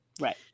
Right